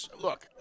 Look